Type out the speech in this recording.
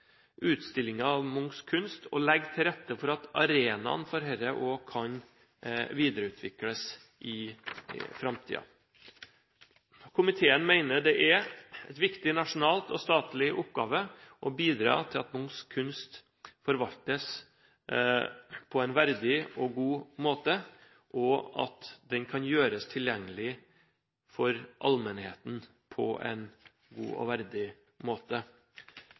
av Munchs kunst og legge til rette for at arenaen for dette også kan videreutvikles i framtiden. Komiteen mener det er en viktig nasjonal og statlig oppgave å bidra til at Munchs kunst forvaltes på en god måte, og gjøres tilgjengelig for allmennheten på en god og verdig måte.